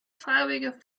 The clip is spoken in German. farbige